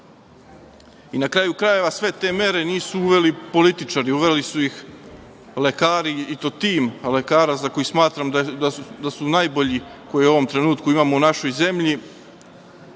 kraju krajeva, sve te mere nisu uveli političari, uveli su ih lekari, i to tim lekara za koje smatram da su najbolji koje u ovom trenutku imamo u našoj zemlji